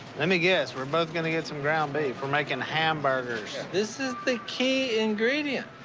let me guess we're both gonna get some ground beef. we're making hamburgers. this is the key ingredient.